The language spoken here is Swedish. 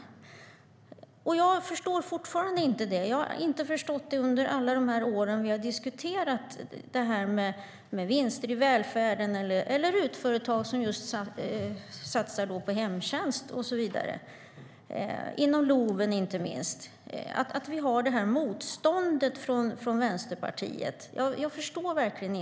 Jag förstår fortfarande inte det. Under alla de år vi har diskuterat vinster i välfärden, RUT-företag som satsar på hemtjänst och så vidare, inte minst inom LOV, har jag verkligen inte förstått Vänsterpartiets motstånd.